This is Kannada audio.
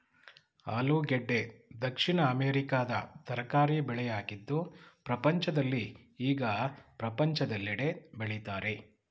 ಆಲೂಗೆಡ್ಡೆ ದಕ್ಷಿಣ ಅಮೆರಿಕದ ತರಕಾರಿ ಬೆಳೆಯಾಗಿದ್ದು ಪ್ರಪಂಚದಲ್ಲಿ ಈಗ ಪ್ರಪಂಚದೆಲ್ಲೆಡೆ ಬೆಳಿತರೆ